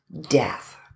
death